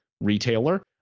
retailer